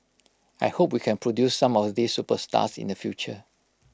I hope we can produce some of these superstars in the future